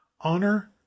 honor